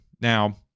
Now